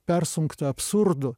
persunkta absurdu